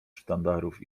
sztandarów